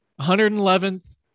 111th